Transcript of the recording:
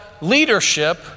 leadership